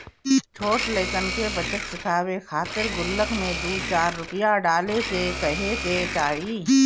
छोट लइकन के बचत सिखावे खातिर गुल्लक में दू चार रूपया डाले के कहे के चाही